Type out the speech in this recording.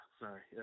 sorry